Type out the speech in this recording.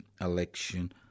election